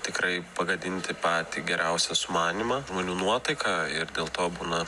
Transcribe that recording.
tikrai pagadinti patį geriausią sumanymą žmonių nuotaiką ir dėl to būna